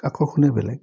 আকৰ্ষণেই বেলেগ